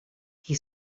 qui